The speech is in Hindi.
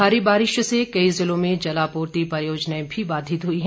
भारी बारिश से कई जिलों में जलापूर्ति परियोजनाएं भी बाधित हई हैं